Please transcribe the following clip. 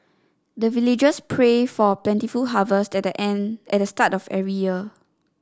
the villagers pray for plentiful harvest at an at the start of every year